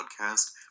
podcast